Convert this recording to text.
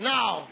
Now